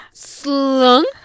Slunk